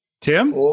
tim